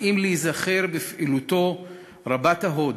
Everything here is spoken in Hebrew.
מתאים להיזכר בפעילותו רבת ההוד